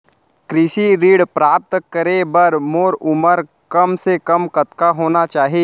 कृषि ऋण प्राप्त करे बर मोर उमर कम से कम कतका होना चाहि?